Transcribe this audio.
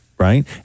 right